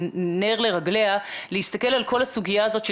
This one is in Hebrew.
כנר לרגליה להסתכל על כל הסוגיה הזאת של